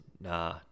nah